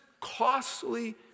costly